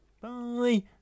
Bye